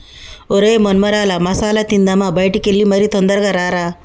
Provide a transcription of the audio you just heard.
ఒరై మొన్మరాల మసాల తిందామా బయటికి ఎల్లి మరి తొందరగా రారా